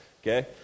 okay